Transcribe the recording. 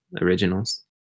originals